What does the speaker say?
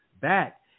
back